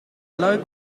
luik